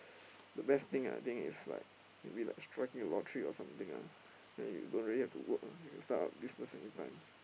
the best thing I think is like maybe like striking a lottery or something ah then you don't really have to work lah you start a business anytime